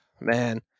Man